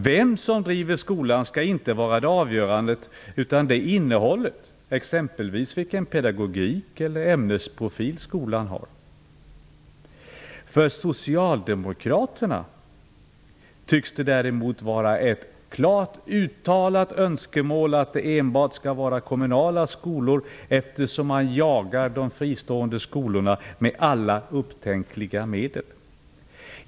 Vem som driver skolan skall inte vara det avgörande, utan det är innehållet, exempelvis vilken pedagogik eller ämnesprofil skolan har. För Socialdemokraterna tycks det däremot vara ett klart uttalat önskemål att det enbart skall finnas kommunala skolor. De jagar ju de fristående skolorna med alla upptänkliga medel.